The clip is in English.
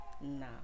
no